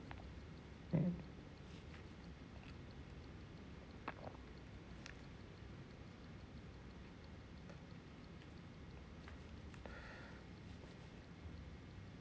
mm